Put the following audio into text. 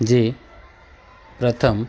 जे प्रथम